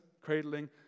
cradling